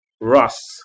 Russ